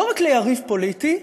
לא רק ליריב פוליטי,